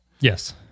Yes